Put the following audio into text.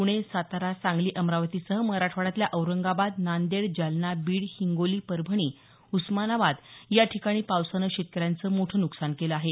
पुणे सातारा सांगली अमरावतीसह मराठवाड्यातल्या औरंगाबाद नांदेड जालना बीड हिंगगोली परभणी उस्मानाबाद या ठिकाणी पावसानं शेतकऱ्यांचं मोठं नुकसान केलं आहे